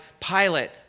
Pilate